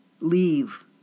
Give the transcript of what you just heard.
Leave